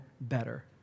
better